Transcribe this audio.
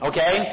Okay